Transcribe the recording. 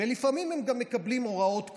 ולפעמים הם גם מקבלים הוראות כאלה,